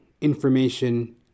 Information